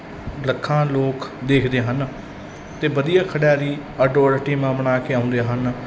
ਲੱਖਾਂ ਲੋਕ ਦੇਖਦੇ ਹਨ ਅਤੇ ਵਧੀਆ ਖਿਡਾਰੀ ਅੱਡੋ ਅੱਡ ਟੀਮਾਂ ਬਣਾ ਕੇ ਆਉਂਦੇ ਹਨ